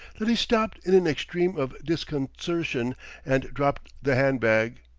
that he stopped in an extreme of disconcertion and dropped the hand-bag,